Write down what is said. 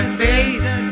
face